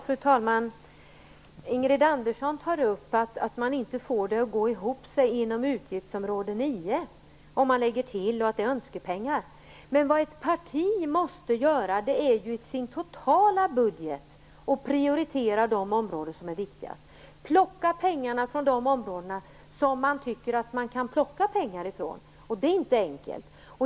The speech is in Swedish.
Fru talman! Ingrid Andersson framhåller att man inte får det att gå ihop inom utgiftsområde 9 och att det som läggs till är önskepengar. Men ett parti måste ju i sin totala budget prioritera de områden som är viktigast och plocka pengar till dessa från andra områden. Det är inte enkelt.